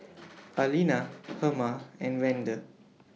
Arlena Herma and Vander